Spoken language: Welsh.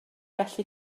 gallu